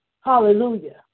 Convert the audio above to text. Hallelujah